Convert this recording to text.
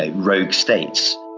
ah rogue states.